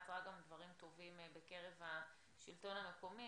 היא יצרה גם דברים טובים בקרב השלטון המקומי.